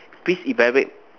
please elaborate